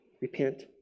Repent